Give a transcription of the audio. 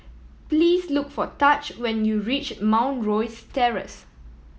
please look for Taj when you reach Mount Rosie Terrace